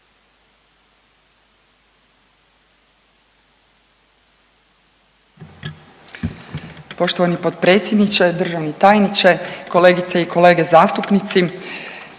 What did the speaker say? Poštovani potpredsjedniče, državni tajniče, kolegice i kolege zastupnici,